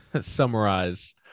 summarize